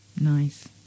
nice